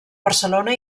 barcelona